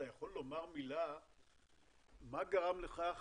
אתה יכול לומר מילה מה גרם לכך